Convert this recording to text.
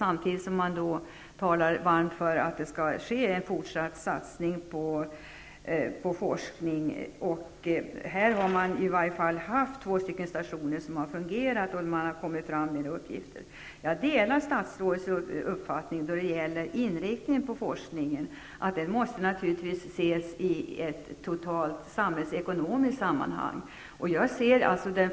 Samtidigt talar man varmt för att en fortsatt satsning på forskning skall ske. Här har man haft två stationer som har fungerat och kommit fram med uppgifter. Jag delar statsrådets uppfattning då det gäller inriktningen på forskningen. Den måste naturligtvis ses i ett totalt samhällsekonomiskt sammanhang.